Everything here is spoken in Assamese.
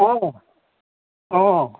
অ অ